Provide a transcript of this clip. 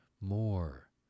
more